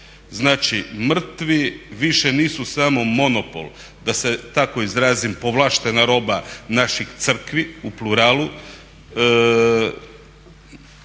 Znači mrtvi više nisu samo monopol, da se tako izrazim povlaštena roba naših crkvi pluralu